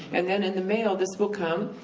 and then in the mail this will come,